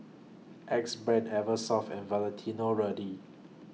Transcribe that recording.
Axe Brand Eversoft and Valentino Rudy